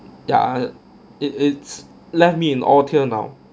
yeah it it's left me in awe till now